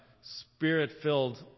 spirit-filled